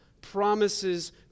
promises